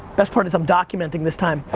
best part is i'm documenting this time.